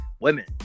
Women